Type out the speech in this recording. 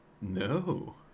No